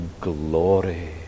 glory